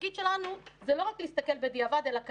התפקיד שלנו זה לא רק להסתכל בדיעבד אלא קדימה.